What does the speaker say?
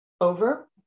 over